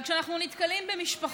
זאת הצעה מצוינת.